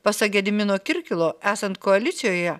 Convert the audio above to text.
pasak gedimino kirkilo esant koalicijoje